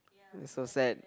is so sad